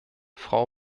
frau